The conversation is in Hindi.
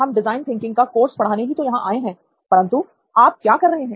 हम डिजाइन थिंकिंग का कोर्स पढ़ाने ही तो यहां आए हैं परंतु आप क्या कर रहे हैं